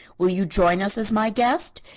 will you join us as my guest?